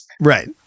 right